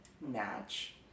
Match